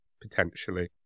potentially